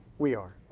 we are.